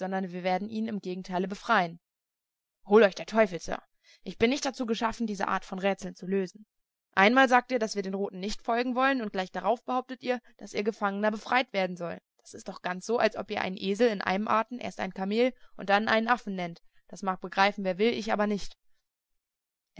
wir werden ihn im gegenteile befreien hol euch der teufel sir ich bin nicht dazu geschaffen diese art von rätseln zu lösen einmal sagt ihr daß wir den roten nicht folgen wollen und gleich darauf behauptet ihr daß ihr gefangener befreit werden soll das ist doch ganz so als ob ihr einen esel in einem atem erst ein kamel und dann einen affen nennt das mag begreifen wer will ich aber nicht